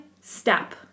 step